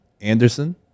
Anderson